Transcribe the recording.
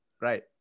Right